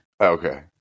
Okay